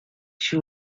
she